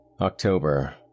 October